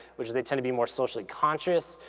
which is they tend to be more socially conscious,